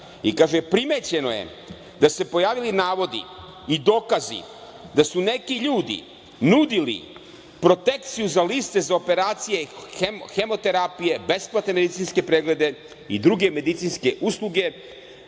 i kaže – primećeno je da su se pojavili navodi i dokazi da su neki ljudi nudili protekciju za liste za operacije, hemoterapije, besplatne medicinske preglede i druge medicinske usluge,